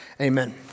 Amen